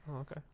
okay